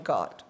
God